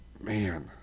Man